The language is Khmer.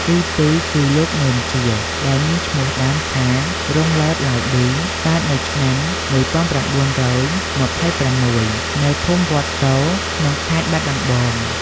ទីពីរគឺលោក នួន ជា ដែលមានឈ្មោះដើមថា រុងឡឺត ឡាវឌី កើតនៅឆ្នាំ១៩២៦ នៅភូមិវត្តគរ ក្នុងខេត្តបាត់ដំបង។